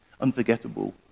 unforgettable